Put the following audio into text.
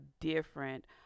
different